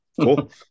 Cool